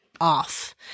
off